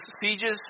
sieges